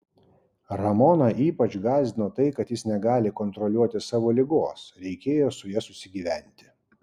ramoną ypač gąsdino tai kad jis negali kontroliuoti savo ligos reikėjo su ja susigyventi